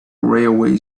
railway